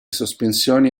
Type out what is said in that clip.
sospensioni